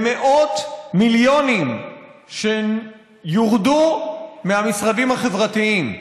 במאות מיליונים שיורדו מהמשרדים החברתיים.